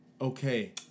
okay